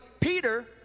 Peter